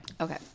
Okay